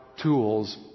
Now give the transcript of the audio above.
tools